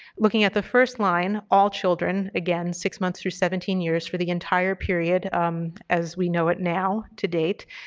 looking at the first line, all children, again six months through seventeen years for the entire period as we know it now to date,